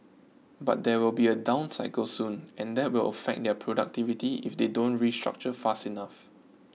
but there will be a down cycle soon and that will affect their productivity if they don't restructure fast enough